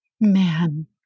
Man